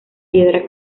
piedra